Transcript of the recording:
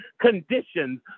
conditions